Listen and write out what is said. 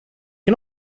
can